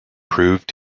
proved